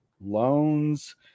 loans